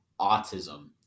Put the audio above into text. autism